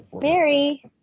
Mary